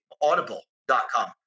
Audible.com